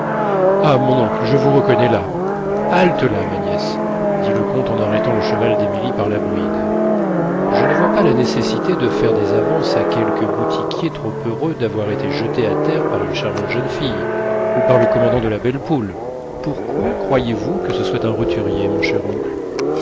ah mon oncle je vous reconnais là halte-là ma nièce dit le comte en arrêtant le cheval d'émilie par la bride je ne vois pas la nécessité de faire des avances à quelque boutiquier trop heureux d'avoir été jeté à terre par une charmante jeune fille ou par le commandant de la belle poule pourquoi croyez-vous que ce soit un roturier mon cher oncle